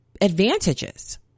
advantages